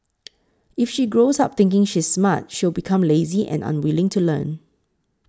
if she grows up thinking she's smart she'll become lazy and unwilling to learn